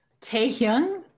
Taehyung